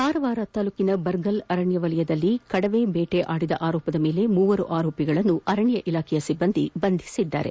ಕಾರವಾರ ತಾಲೂಕಿನ ಬರ್ಗಲ್ ಅರಣ್ಣ ವಲಯದಲ್ಲಿ ಕಡವೆ ಬೇಟೆಯಾಡಿದ ಆರೋಪದ ಮೇಲೆ ಮೂವರು ಆರೋಪಿಗಳನ್ನು ಅರಣ್ಯ ಇಲಾಖೆಯ ಸಿಬ್ಬಂದಿ ಬಂಧಿಸಿದ್ದಾರೆ